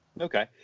Okay